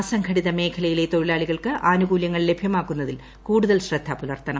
അസംഘടിത മേഖലയിലെ തൊഴിലാളികൾക്ക് ആനുകൂലൃങ്ങൾ ലഭൃമാക്കുന്നതിൽ കൂടുതൽ ശ്രദ്ധ പുലർത്തണം